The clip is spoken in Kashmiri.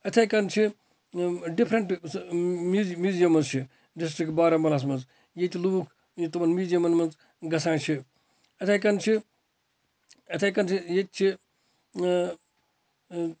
یِتھے کَنۍ چھِ ڈِفرَنٹ مِیٛزِ مِیٛزِیَمٕز چھِ ڈِسٹرٕک بارہمولہَس مَنٛز ییٚتہِ لُکھ تِمَن مِیوٛزیَمَن مَنٛز گَژھان چھِ یِتھے کَنۍ چھِ یِتھے کَنۍ چھِ ییٚتہِ چھِ